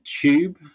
tube